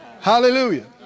Hallelujah